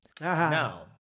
Now